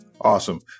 Awesome